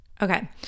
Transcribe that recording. Okay